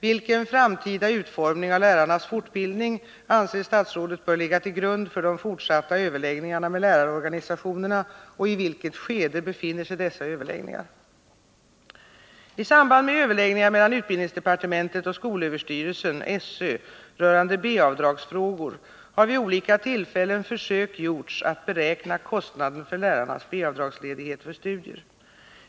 Vilken framtida utformning av lärarnas fortbildning anser statsrådet bör ligga till grund för de fortsatta överläggningarna med lärarorganisationerna, och i vilket skede befinner sig dessa överläggningar? I samband med överläggningar mellan utbildningsdepartementet och skolöverstyrelsen rörande B-avdragsfrågor har vid olika tillfällen försök gjorts att beräkna kostnaden för lärarnas B-avdragsledighet för studier.